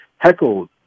heckled